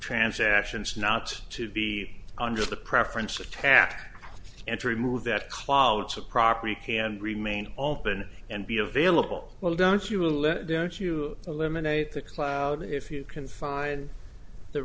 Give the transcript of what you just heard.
transactions not to be under the preference attack and to remove that clouds of property can remain open and be available well don't you let don't you eliminate the cloud if you can find the